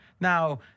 Now